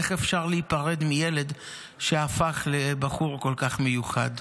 איך אפשר להיפרד מילד שהפך לבחור כל כך מיוחד?